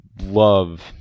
love